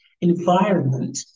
environment